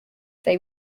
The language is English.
they